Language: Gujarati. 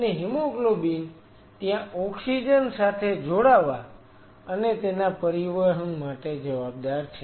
અને હિમોગ્લોબિન ત્યાં ઓક્સિજન સાથે જોડાવા અને તેના પરિવહન માટે જવાબદાર છે